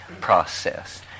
process